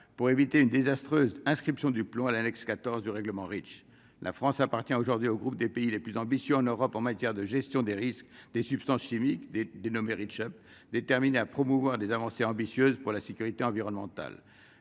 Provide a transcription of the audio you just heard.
pour éviter une désastreuse, inscription du plomb à l'annexe 14 du règlement Reach, la France appartient aujourd'hui au groupe des pays les plus ambitieux en Europe en matière de gestion des risques des substances chimiques des des nos mérite déterminée à promouvoir des avancées ambitieuses pour la sécurité environnementale,